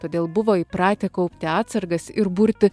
todėl buvo įpratę kaupti atsargas ir burti